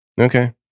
Okay